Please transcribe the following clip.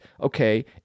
okay